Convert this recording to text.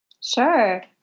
Sure